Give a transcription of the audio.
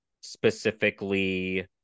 specifically